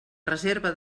reserva